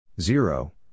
zero